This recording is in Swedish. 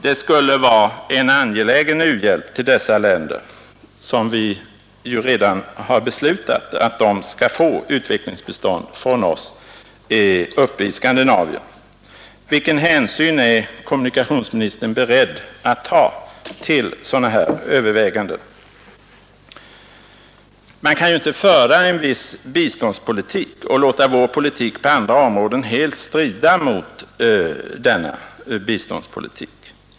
Det skulle vara en angelägen u-hjälp till dessa länder, som vi här uppe i Skandinavien ju redan har beslutat att ge utvecklingsbistånd. Vilken hänsyn är kommunikationsministern beredd att ta till sådana här överväganden? Vi kan ju inte föra en viss biståndpolitik och låta vår politik på andra områden helt strida mot denna biståndspolitik.